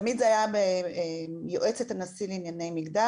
תמיד היה תפקיד שנקרא "יועצת הנשיא לענייני מגדר",